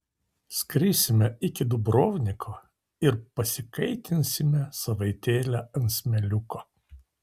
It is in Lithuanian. skrisime iki dubrovniko ir pasikaitinsime savaitėlę ant smėliuko